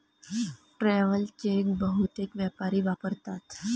travel cheque बहुतेक व्यापारी वापरतात